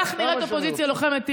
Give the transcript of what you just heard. כך נראית אופוזיציה לוחמת.